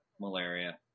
Malaria